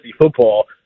football